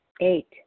Eight